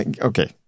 okay